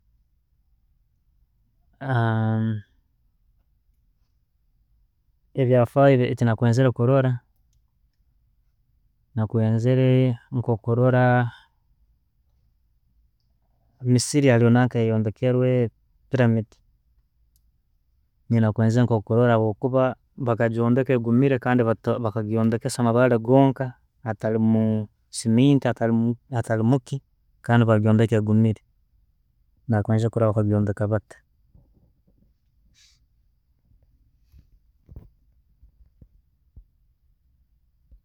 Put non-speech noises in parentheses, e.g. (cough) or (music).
(hesitation) Ebyafaayo ekyandikwenzire kurora, nakwenzere nkokurora misiri nanka ambiri yayombekerwe, pyramid. Nakwendeze ko nkagirora habwokuba bakayombeka egumire kandi bakagyombekesa amabare gonka hatalimu cement hatali limu ki kandi bagyombeka egumire, nakwenzere kurora bakagyombeka bata.